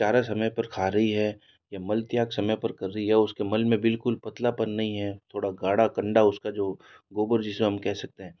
चारा समय पर खा रही है या मल त्याग समय पर कर रही है उसके मल में बिल्कुल पतलापन नहीं है थोड़ा गढ़ा कंडा उसका जो गोबर जिसे हम कह सकते हैं